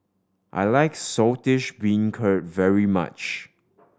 I like Saltish Beancurd very much